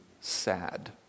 sad